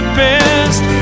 best